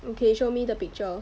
okay show me the picture